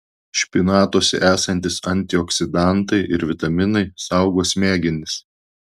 špinatuose esantys antioksidantai ir vitaminai saugo smegenis